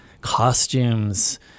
costumes